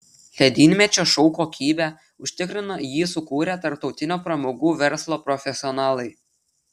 ledynmečio šou kokybę užtikrina jį sukūrę tarptautinio pramogų verslo profesionalai